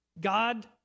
God